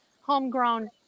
homegrown